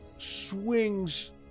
Swings